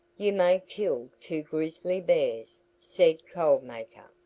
you may kill two grizzly bears, said cold maker.